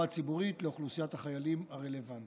הציבורית לאוכלוסיית החיילים הרלוונטית.